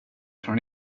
från